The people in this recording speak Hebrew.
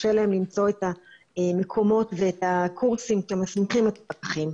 קשה להם למצוא את המקומות ואת הקורסים שמסמיכים את הפקחים.